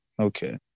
Okay